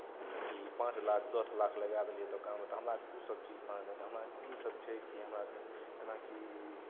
कि पाँच लाख दस लाख लगा देलियै दोकानमे तऽ हमरा आरके ओसभ चीज तऽ हमरा आरकेँ इसभ छै कि हमरा आरकेँ जेनाकि